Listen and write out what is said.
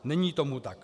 Není tomu tak.